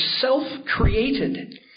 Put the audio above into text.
self-created